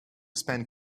spend